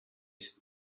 ist